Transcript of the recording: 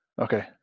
Okay